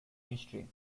history